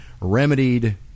remedied